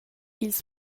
ils